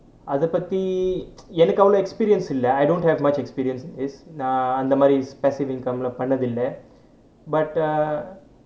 அதை பத்தி எனக்கு அவ்வளவு:athai pathi enakku avvalavu experience இல்லை:illai I don't have much experience in this நா அந்த மாதிரி:naa antha maathiri passive income லாம் பண்ணதில்லை:laam pannathillai but err